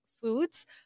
foods